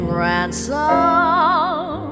ransom